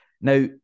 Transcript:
Now